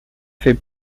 fait